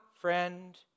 friend